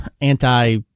anti